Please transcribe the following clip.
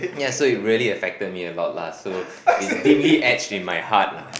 yeah so it really affected me a lot lah so is deeply etched in my heart lah